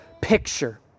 picture